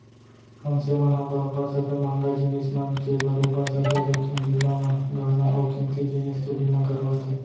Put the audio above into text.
मनसे मन ह बरोबर सबे महंगा जिनिस मन के बरोबर सब्बे जोखिम बीमा म गहना अउ कीमती जिनिस के बीमा करवाथे